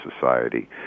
society